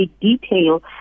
detail